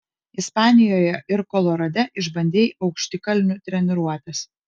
ispanijoje ir kolorade išbandei aukštikalnių treniruotes